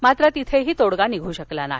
मात्र तिथेही तोङगा निघू शकला नाही